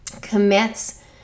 commits